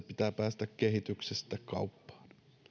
pitää päästä kehityksestä kauppaan